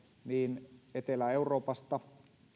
niin etelä euroopasta